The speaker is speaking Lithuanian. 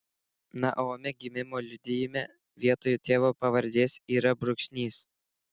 naomi gimimo liudijime vietoj tėvo pavardės yra brūkšnys